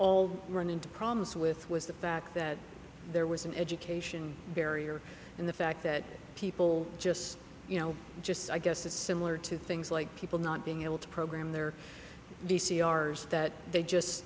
all run into problems with was the fact that there was an education barrier in the fact that people just you know just i guess it's similar to things like people not being able to program their d c r s that they just